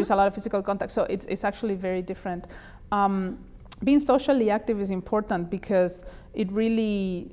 there's a lot of physical contact so it's actually very different being socially active is important because it really